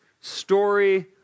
story